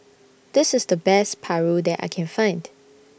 This IS The Best Paru that I Can Find